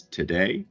today